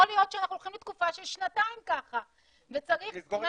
יכול להיות שאנחנו הולכים לתקופה של שנתיים ככה וצריך --- צריך לסגור